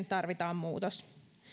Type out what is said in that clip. tarvitaan muutos